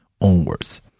onwards